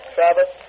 Travis